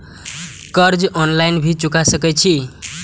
कर्जा ऑनलाइन भी चुका सके छी?